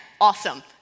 Awesome